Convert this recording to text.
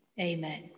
Amen